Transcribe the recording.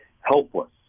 helpless